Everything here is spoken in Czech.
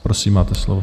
Prosím, máte slovo.